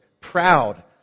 proud